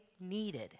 needed